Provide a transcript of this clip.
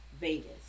Vegas